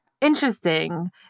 Interesting